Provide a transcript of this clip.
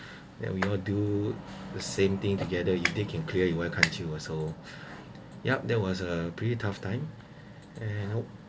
then we all do the same thing together also yup that was a pretty tough time and hope